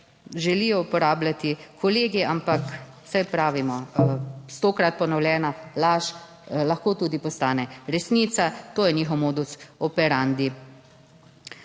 želijo uporabljati kolegi, ampak saj pravimo, stokrat ponovljena laž lahko tudi postane resnica. To je njihov modus operandi.